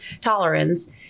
tolerance